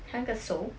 三个手